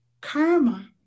karma